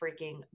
freaking